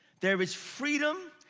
there is freedom,